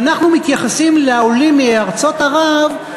ואנחנו מתייחסים לעולים מארצות ערב,